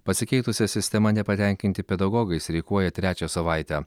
pasikeitusia sistema nepatenkinti pedagogai streikuoja trečią savaitę